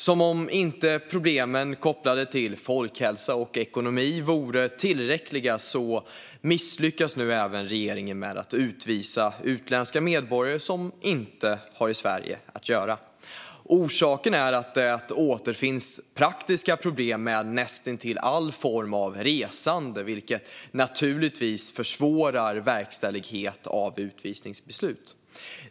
Som om inte problemen kopplade till folkhälsa och ekonomi vore tillräckliga misslyckas nu även regeringen med att utvisa utländska medborgare som inte har i Sverige att göra. Orsaken är att det finns praktiska problem med näst intill all form av resande, vilket naturligtvis försvårar verkställighet av utvisningsbeslut.